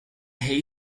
hay